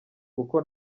kuko